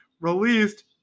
released